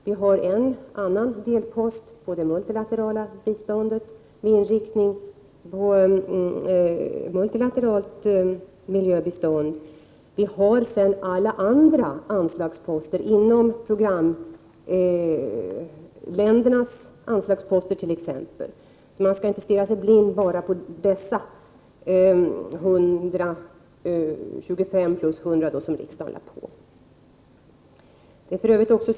Vi har en delpost med inriktning på multilateralt miljöbistånd och en rad andra anslagsposter, t.ex. inom programländernas anslagsposter. Man skall alltså inte stirra sig blind på de 125 resp. 100 milj.kr. som riksdagen har lagt till.